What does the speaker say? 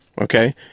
Okay